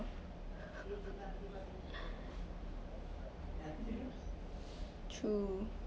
true